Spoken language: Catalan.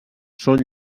són